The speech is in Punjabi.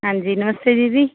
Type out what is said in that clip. ਹਾਂਜੀ ਨਮਸਤੇ ਦੀਦੀ